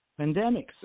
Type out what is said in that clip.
pandemics